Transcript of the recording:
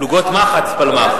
פלוגת מחץ, פלמ"ח.